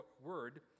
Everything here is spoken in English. word